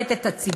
ולשרת את הציבור,